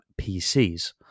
PCs